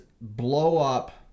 blow-up